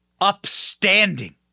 upstanding